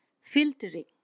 Filtering